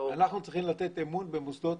אנחנו צריכים לתת אמון במוסדות